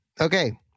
Okay